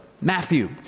Matthew